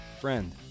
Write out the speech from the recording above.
friend